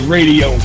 Radio